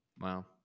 wow